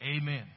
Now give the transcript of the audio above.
amen